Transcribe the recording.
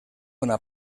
una